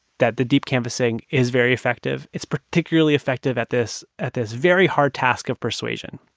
that the deep canvassing is very effective. it's particularly effective at this at this very hard task of persuasion.